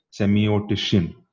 semiotician